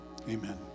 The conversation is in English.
amen